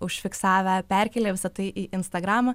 užfiksavę perkėlė visa tai į instagramą